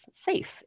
safe